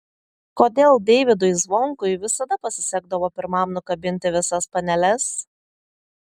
kodėl deivydui zvonkui visada pasisekdavo pirmam nukabinti visas paneles